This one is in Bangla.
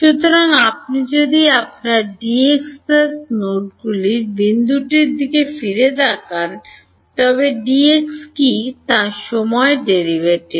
সুতরাং আপনি যদি আপনার নোটগুলির বিন্দুটির দিকে ফিরে তাকান তবে Dx কী তা সময় ডেরাইভেটিভ